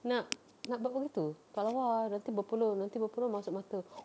nak nak buat begitu tak lawa ah nanti berpeluh nanti berpeluh masuk mata